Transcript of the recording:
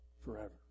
forever